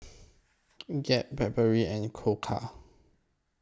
Gap Blackberry and Koka